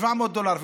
700 דולר,